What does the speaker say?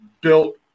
built